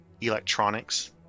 electronics